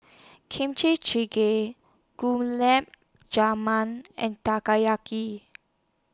Kimchi Jjigae Gulab Jamun and